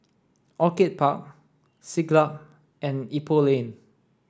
Orchid Park Siglap and Ipoh Lane